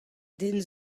den